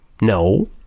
No